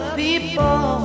people